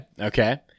Okay